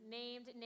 named